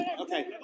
Okay